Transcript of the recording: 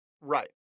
Right